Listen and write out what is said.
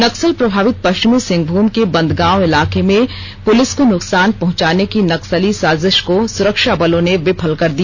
नक्सल प्रभावित पश्चिमी सिंहभूम के बंदगांव इलाके में पुलिस को नुकसान पहुंचाने की नक्सली साजिश को सुरक्षा बलों ने विफल कर दिया